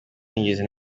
ntigeze